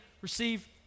receive